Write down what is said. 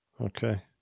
Okay